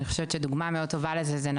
דוגמה מאוד טובה לזה זה,